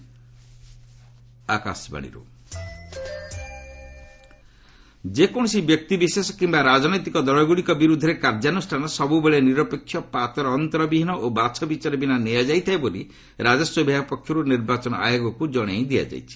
revenue raid ECI ଯେକୌଣସି ବ୍ୟକ୍ତିବିଶେଷ କିମ୍ବା ରାଜନୈତିକ ଦଳଗୁଡ଼ିକ ବିରୁଦ୍ଧରେ କାର୍ଯ୍ୟାନୁଷ୍ଠାନ ସବୁବେଳେ ନିରପେକ୍ଷ ପାତରଅନ୍ତର ବିହୀନ ଓ ବାଛବିଚାର ବିନା ନିଆଯାଇଥାଏ ବୋଲି ରାଜସ୍ୱ ବିଭାଗ ପକ୍ଷରୁ ନିର୍ବାଚନ ଆୟୋଗକୁ ଜଣାଇ ଦିଆଯାଇଛି